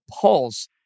Pulse